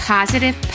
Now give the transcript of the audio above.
Positive